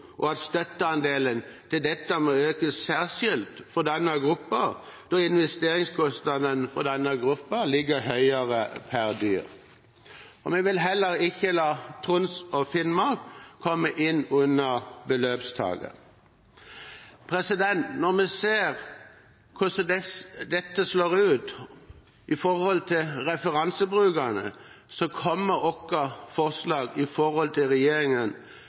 og at støtteandelen til dette må økes særskilt for denne gruppen, da investeringskostnadene for denne gruppen ligger høyere per dyr. Vi vil heller ikke la Troms og Finnmark komme inn under beløpstaket. Når vi ser hvordan dette slår ut i forhold til referansebrukene, kommer vårt forslag i forhold til